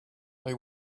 they